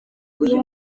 uyu